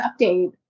update